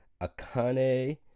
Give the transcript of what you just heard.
Akane